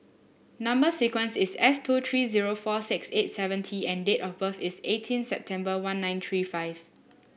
number sequence is S two three zero four six eight seven T and date of birth is eighteen September one nine three five